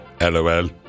LOL